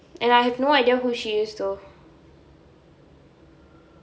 and I have no idea who she is though